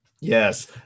yes